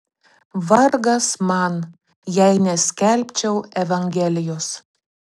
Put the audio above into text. vargas man jei neskelbčiau evangelijos